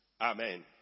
amen